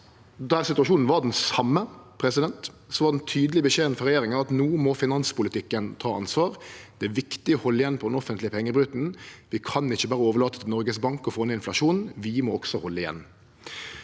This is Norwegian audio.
då situasjonen var den same, var den tydelege beskjeden frå regjeringa at finanspolitikken no må ta ansvar. Det er viktig å halde igjen på den offentlege pengebruken. Vi kan ikkje berre overlate til Noregs Bank å få ned inflasjonen, vi må også halde igjen.